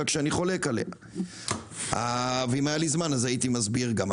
רק שאני חולק עליה ואם היה לי זמן אז הייתי מסביר גם,